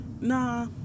Nah